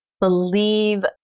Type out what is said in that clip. believe